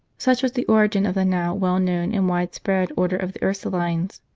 such was the origin of the now well-known and widespread order of the ursulines,